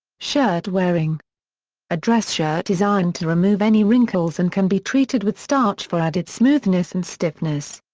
shirt wearing a dress shirt is ironed to remove any wrinkles and can be treated with starch for added smoothness and stiffness.